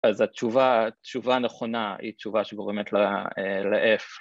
‫אז התשובה הנכונה ‫היא התשובה שבו באמת לא היה לF